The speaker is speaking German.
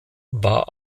war